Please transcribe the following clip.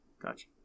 Gotcha